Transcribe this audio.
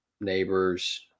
Neighbors